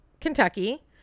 Kentucky